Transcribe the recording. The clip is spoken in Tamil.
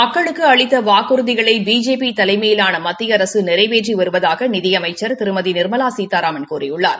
மக்களுக்கு அளித்த வாக்குதிகளை பிஜேபி தலைமையிான மத்திய அரசு நிறைவேற்றி வருவதாக நிதி அமைச்சா் திருமதி நிாமலா சீதாராமன் கூறியுள்ளார்